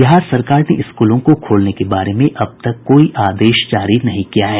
बिहार सरकार ने स्कूलों को खोलने के बारे में अब तक कोई आदेश जारी नहीं किया है